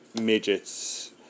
Midgets